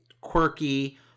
Quirky